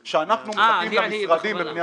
אמרתי שאני דורש גם לסטודנטים.